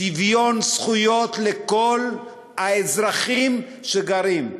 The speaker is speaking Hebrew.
שוויון זכויות לכל האזרחים שגרים שם.